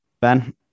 Ben